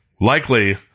likely